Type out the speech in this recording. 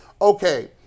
okay